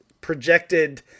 projected